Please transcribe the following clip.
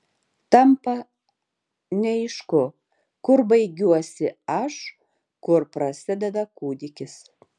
tampa neaišku kur baigiuosi aš kur prasideda kūdikis